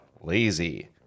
lazy